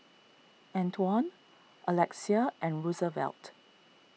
Antwon Alexia and Roosevelt